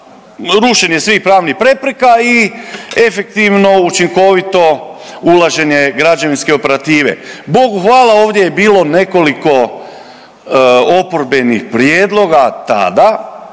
rušenje svih pravnih prepreka i efektivno, učinkovito ulaženje građevinske operative. Bogu hvala ovdje je bilo nekoliko oporbenih prijedloga tada,